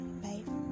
bye